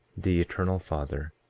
the eternal father,